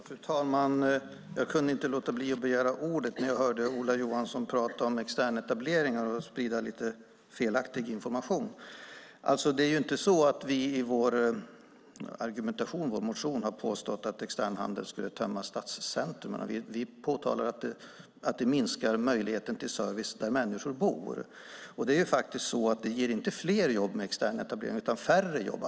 Fru talman! Jag kunde inte låta bli att begära ordet när jag hörde Ola Johansson prata om externetableringar och sprida lite felaktig information. Det är inte så att vi i argumentationen i vår motion har påstått att externhandeln skulle tömma stadscentrumen. Vi påtalar att det minskar möjligheten till service där människor bor. Det är faktiskt så att externetableringar inte ger fler jobb utan färre jobb.